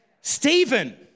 Stephen